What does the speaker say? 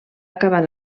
acabar